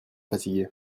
fatiguée